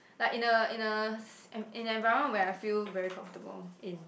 like in a in a s~ in an environment where I feel very comfortable in